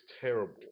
terrible